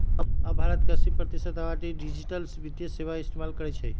अब भारत के अस्सी प्रतिशत आबादी डिजिटल वित्तीय सेवाएं इस्तेमाल करई छई